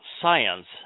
science